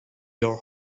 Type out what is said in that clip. your